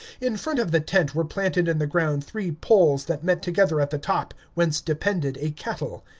in front of the tent were planted in the ground three poles that met together at the top, whence depended a kettle.